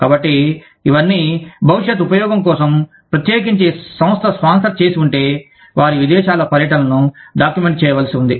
కాబట్టి ఇవన్నీ భవిష్యత్ ఉపయోగం కోసం ప్రత్యేకించి సంస్థ స్పాన్సర్ చేసి ఉంటే వారి విదేశాల పర్యటనలను డాక్యుమెంట్ చేయవలసి ఉంది